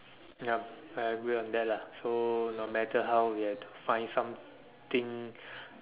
yup I agree on that lah so no matter how we have to find something